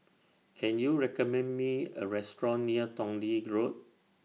Can YOU recommend Me A Restaurant near Tong Lee Road